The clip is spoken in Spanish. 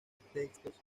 textos